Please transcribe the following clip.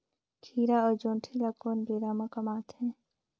खीरा अउ जोंदरी ल कोन बेरा म कमाथे?